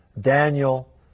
Daniel